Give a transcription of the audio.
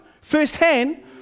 firsthand